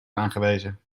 aangewezen